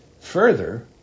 Further